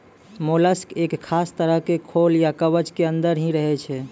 mollusc एक खास तरह के खोल या कवच के अंदर हीं रहै छै